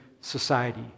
society